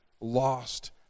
lost